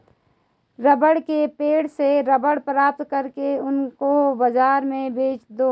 rubber के पेड़ से रबर प्राप्त करके उसको बाजार में बेच दो